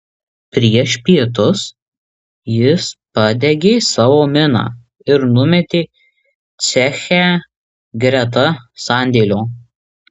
prieš pietus jis padegė savo miną ir numetė ceche greta sandėlio